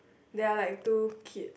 there are like there are like two kids